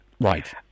Right